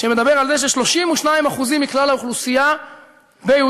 שמדבר על זה ש-32% מכלל האוכלוסייה ביהודה